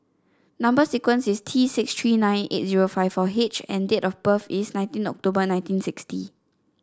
number sequence is T six three nine eight zero five four H and date of birth is nineteen October nineteen sixty